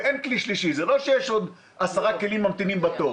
אין עשרה כלים נוספים שממתינים בתור.